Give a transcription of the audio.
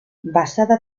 basada